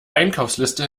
einkaufsliste